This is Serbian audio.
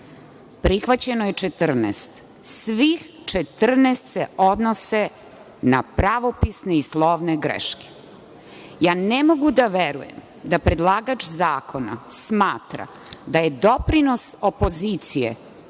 Prihvaćeno je 14. Svih 14 se odnose na pravopisne i slovne greške. Ne mogu da verujem da predlagač zakona smatra da je doprinos opozicije